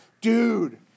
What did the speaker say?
Dude